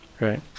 right